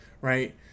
right